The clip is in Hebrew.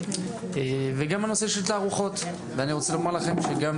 גם נושא התערוכה ואני רוצה לומר לכם שגם